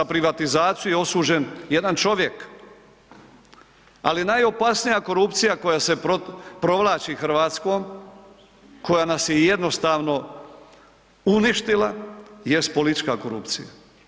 Za privatizaciju je osuđen jedan čovjek, ali najopasnija korupcija koja se provlači Hrvatskom, koja nas je jednostavno uništila, jest politička korupcija.